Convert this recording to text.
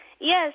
Yes